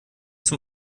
zum